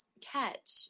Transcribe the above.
catch